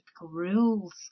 rules